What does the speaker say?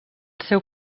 seu